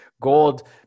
gold